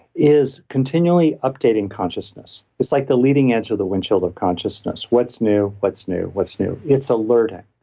is continually updating consciousness. it's like the leading edge of the windshield of consciousness. what's new, what's new, what's new? it's alerting.